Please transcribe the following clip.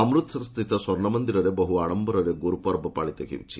ଅମୃତସରସ୍ଥିତ ସ୍ୱର୍ଣ୍ଣମନ୍ଦିରରେ ବହୁ ଆଡମ୍ଘରରେ ଗୁରୁପର୍ବ ପାଳିତ ହେଉଛି